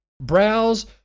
Browse